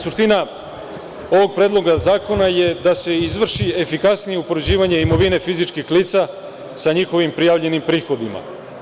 Suština ovog predloga zakona je da se izvrši efikasnije upoređivanje imovine fizičkih lica sa njihovim prijavljenim prihodima.